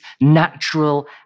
natural